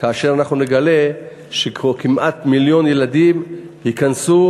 כאשר אנחנו נגלה שכמעט מיליון ילדים ייכנסו